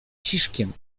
ciszkiem